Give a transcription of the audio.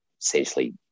essentially